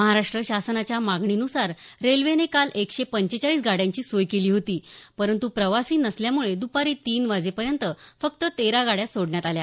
महाराष्ट्र शासनाच्या मागणीनुसार रेल्वेने काल एकशे पंचेचाळीस गाड्यांची सोय केली होती परंतु प्रवासी नसल्यामुळे दुपारी तीन वाजेपर्यंत फक्त तेरा गाड्या सोडण्यात आल्या